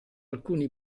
alcuni